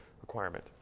requirement